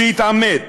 שיתעמת,